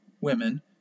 women